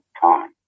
time